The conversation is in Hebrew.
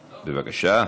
בבקשה.